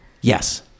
Yes